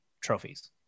trophies